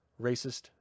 racist